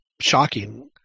shocking